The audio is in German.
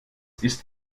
ist